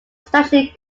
strategic